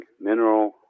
mineral